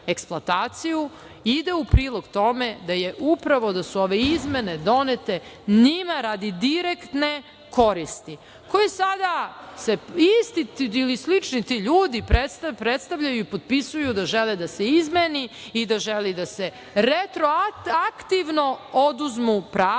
ide u prilog tome da upravo da su ove izmene donete njima radi direktne koristi, koje sada isti ili slični ti ljudi predstavljaju i potpisuju da žele da se izmeni i da žele da se retroaktivno oduzmu prava